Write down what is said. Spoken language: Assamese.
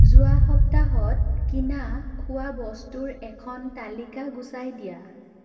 যোৱা সপ্তাহত কিনা খোৱা বস্তুৰ এখন তালিকা গুচাই দিয়া